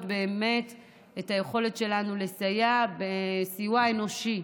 באמת את היכולת שלנו לסייע בסיוע אנושי.